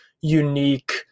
unique